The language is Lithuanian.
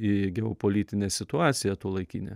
į geopolitinę situaciją tuolaikinę